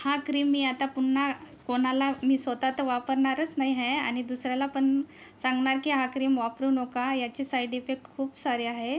हा हा क्रीम मी आता पुन्हा कोणाला मी स्वतः तर वापरणारच नाही आहे आणि दुसऱ्याला पण सांगणार की हा क्रीम वापरू नका याची सायड इफेक्ट खूप सारे आहे